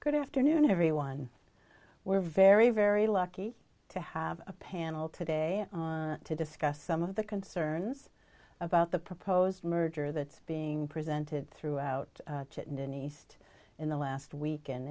good afternoon everyone we're very very lucky to have a panel today to discuss some of the concerns about the proposed merger that's being presented throughout chittenden east in the last week and